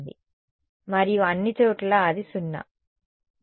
మరియు అన్ని చోట్లా అది 0